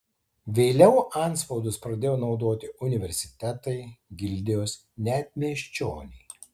vėliau antspaudus pradėjo naudoti universitetai gildijos net miesčioniai